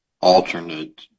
alternate